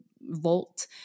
vault